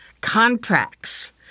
contracts